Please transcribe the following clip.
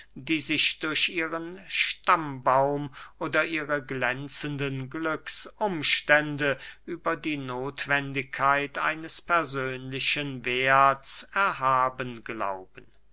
die sich durch ihren stammbaum oder ihre glänzenden glücksumstände über die nothwendigkeit eines persönlichen werths erhaben glauben